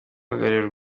uhagarariye